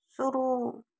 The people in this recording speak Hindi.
शुरू